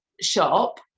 shop